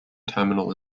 terminal